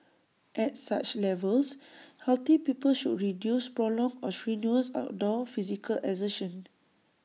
at such levels healthy people should reduce prolonged or strenuous outdoor physical exertion